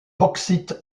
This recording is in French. bauxite